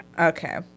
Okay